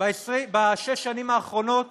בשש השנים האחרונות